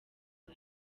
rwa